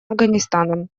афганистаном